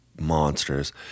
monsters